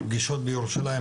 פגישות בירושלים,